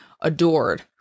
adored